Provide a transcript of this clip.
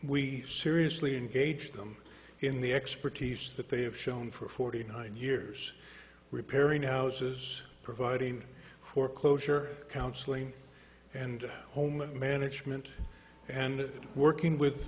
we seriously engaged them in the expertise that they have shown for forty nine years repairing houses providing foreclosure counseling and home management and working with